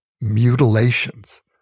mutilations